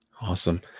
Awesome